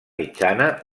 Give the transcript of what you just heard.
mitjana